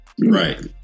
Right